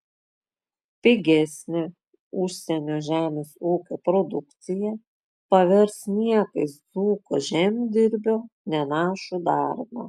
pigesnė užsienio žemės ūkio produkcija pavers niekais dzūko žemdirbio nenašų darbą